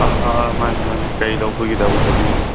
ꯑ ꯑ ꯑ ꯃꯥꯅꯦ ꯃꯥꯅꯦ ꯀꯔꯤ ꯂꯧꯕꯤꯒꯗꯕ ꯍꯥꯏꯕꯤꯌꯨꯅꯦ